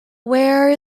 where